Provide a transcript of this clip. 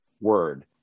word